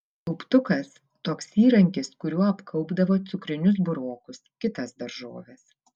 kauptukas toks įrankis kuriuo apkaupdavo cukrinius burokus kitas daržoves